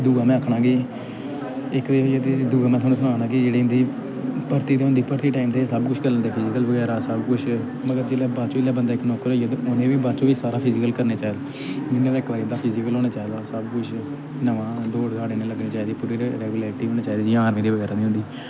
दूआ में आखनां कि इक ते दूआ में थुहानूं सनाऽ नां कि जेह्ड़ी इं'दी भर्थी ते होंदी भर्थी दे टैम ते एह् सब कुछ करी लैंदे फिजिकल बगैरा सब कुछ मगर जिल्लै बाच जेल्लै बंदा इक नौकर होई आ ते उ'नें गी बी बाद च बी सारा फिजिकल करने चाहिदा म्हीने दा इक बारी उं'दा फिजिकल होना चाहिदा सब कुछ नमां दौड़ दाड़ इ'नें गी लग्गनी चाहिदी उप्परूं इ'नें गी रैगुलैर्टी होनी चाहिदी जि'यां आर्मी दी बगैरा दी होंदी